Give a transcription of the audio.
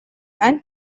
and